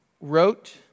wrote